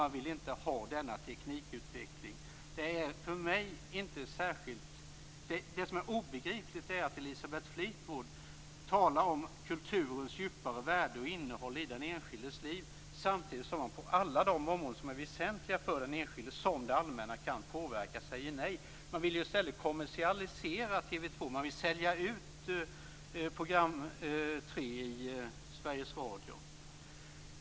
Man vill inte ha denna teknikutveckling. Det som är obegripligt är att Elisabeth Fleetwood talar om kulturens djupare värde och innehåll i den enskildes liv samtidigt som hon på alla de områden som är väsentliga för den enskilde, och som det allmänna kan påverka, säger nej. Man vill i stället kommersialisera TV 2. Man vill sälja ut P 3 i Sveriges Radio.